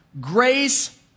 grace